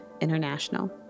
International